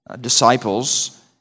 disciples